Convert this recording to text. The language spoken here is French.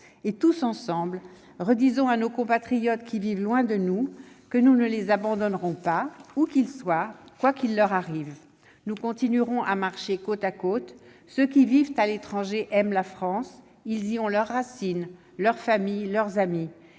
-, tous ensemble, redisons à nos compatriotes qui vivent loin de nous que nous ne les abandonnerons pas, où qu'ils soient, quoi qu'il leur arrive. Nous continuerons à marcher côte à côte. Ceux qui vivent à l'étranger aiment la France, ils y ont leurs racines, leur famille, leurs amis.